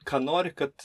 ką nori kad